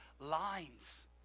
lines